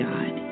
God